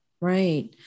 Right